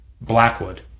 Blackwood